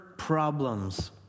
problems